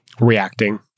reacting